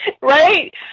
right